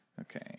Okay